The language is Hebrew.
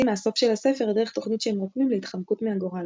מהסוף של הספר דרך תוכנית שהם רוקמים להתחמקות מהגורל.